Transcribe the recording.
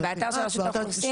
הנתונים האלה שקופים.